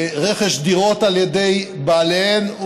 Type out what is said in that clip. רכש דירות על ידי בעליהן,